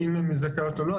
האם הן זכאיות או לא.